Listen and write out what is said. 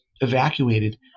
evacuated